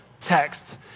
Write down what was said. text